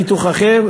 חיתוך אחר,